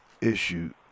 issue